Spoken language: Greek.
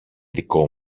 δικό